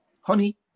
honey